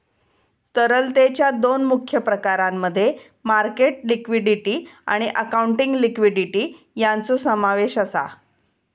तरलतेच्या दोन मुख्य प्रकारांमध्ये मार्केट लिक्विडिटी आणि अकाउंटिंग लिक्विडिटी यांचो समावेश आसा